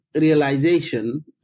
realization